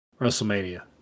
WrestleMania